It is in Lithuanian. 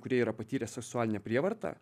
kurie yra patyrę seksualinę prievartą